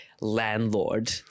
landlord